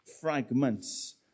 fragments